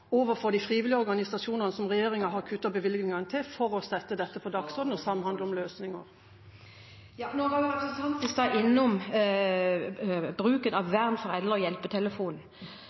overfor de frivillige organisasjonene som regjeringen har kuttet i bevilgningene til, for å sette dette på dagsordenen og samhandle om løsninger? Representanten var i sted innom bruken av hjelpetelefonen «Vern for eldre», og